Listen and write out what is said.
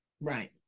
Right